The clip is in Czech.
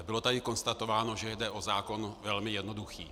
Bylo tady konstatováno, že jde o zákon velmi jednoduchý.